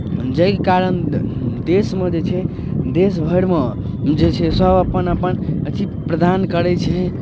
जाहिके कारण देशमे जे छै देश भरिमे जे छै सभ अपन अपन अथि प्रदान करै छै